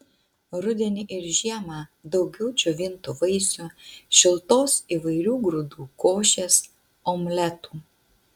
rudenį ir žiemą daugiau džiovintų vaisių šiltos įvairių grūdų košės omletų